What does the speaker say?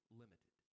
limited